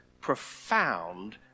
profound